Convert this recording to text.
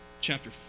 chapter